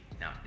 Now